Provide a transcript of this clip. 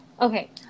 okay